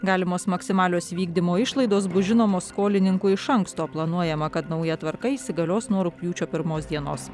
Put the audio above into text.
galimos maksimalios vykdymo išlaidos bus žinomos skolininkui iš anksto planuojama kad nauja tvarka įsigalios nuo rugpjūčio pirmos dienos